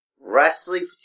wrestling